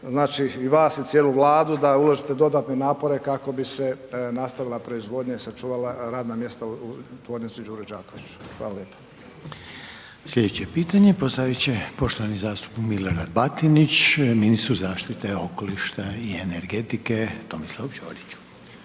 znači i vas i cijelu Vladu da uložite dodatne napore kako bi se nastavila proizvodnja i sačuvala radna mjesta u tvornici Đuro Đaković. Hvala lijepo. **Reiner, Željko (HDZ)** Slijedeće pitanje postavit će poštovani zastupnik Milorad Batinić, ministru zaštite okoliša i energetike Tomislavu Ćoriću.